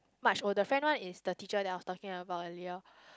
much older friend one is the teacher that I was talking about earlier